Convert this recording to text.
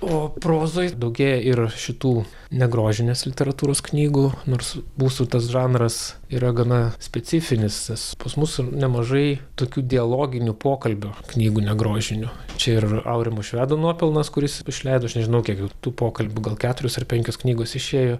o prozoj daugėja ir šitų negrožinės literatūros knygų nors mūsų tas žanras yra gana specifinis tas pas mus nemažai tokių dialoginių pokalbio knygų negrožinių čia ir aurimo švedo nuopelnas kuris išleido aš nežinau kiek tų pokalbių gal keturios ar penkios knygos išėjo